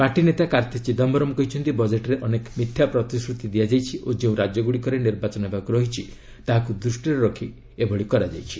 party ନେତା କାର୍ତ୍ତି ଚିଦାମ୍ଘରମ୍ କହିଛନ୍ତି ବଜେଟରେ ଅନେକ ମିଥ୍ୟା ପ୍ରତିଶ୍ରତି ଦିଆଯାଇଛି ଓ ଯେଉଁ ରାଜ୍ୟଗୁଡ଼ିକରେ ନିର୍ବାଚନ ହେବାକୁ ରହିଛି ତାହାକୁ ଦୃଷ୍ଟିରେ ରଖି ଏହା କରାଯାଇଛି